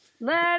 let